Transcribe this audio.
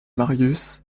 marius